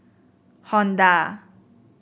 honda